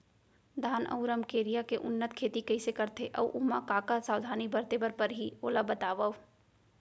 धान अऊ रमकेरिया के उन्नत खेती कइसे करथे अऊ ओमा का का सावधानी बरते बर परहि ओला बतावव?